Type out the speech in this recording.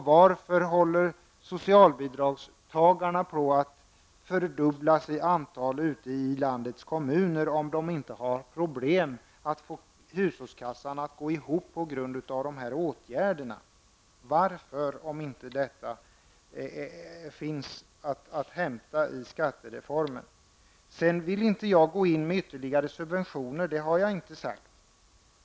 Varför håller socialbidragstagarna på att fördubblas i antal ute i landets kommuner, om de inte har problem att få hushållskassan att gå ihop på grund av dessa åtgärder? Varför, om inte förklaringen finns att hämta i skattereformen? Jag vill inte gå in med ytterligare subventioner, det har jag inte sagt.